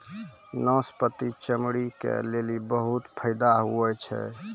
नाशपती चमड़ी के लेली बहुते फैदा हुवै छै